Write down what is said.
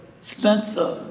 Spencer